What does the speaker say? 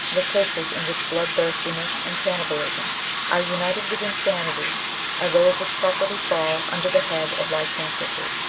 the cases in which bloodthirstiness and cannibalism are united with insanity are those which properly fall under the head of lycanthropy.